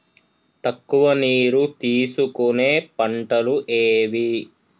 తక్కువ నీరు తీసుకునే పంటలు ఏవి?